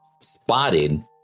spotted